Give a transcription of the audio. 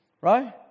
right